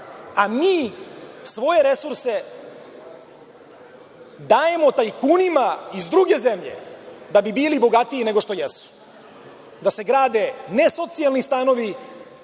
a mi svoje resurse dajemo tajkunima iz druge zemlje da bi bili bogatiji nego što jesu, da se grade ne socijalni stanovi